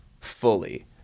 fully